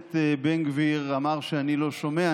הכנסת בן גביר אמר שאני לא שומע.